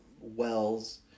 wells